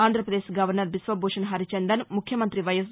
Andhra Pradesh governor Biswabhusan Harichandan ముఖ్యమంత్రి YS